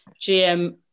GM